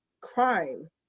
crime